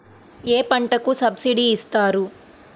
ఏ పంటకు సబ్సిడీ ఇస్తారు?